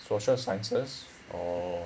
social sciences orh